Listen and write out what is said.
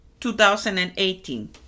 2018